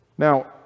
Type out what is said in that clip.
now